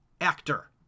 actor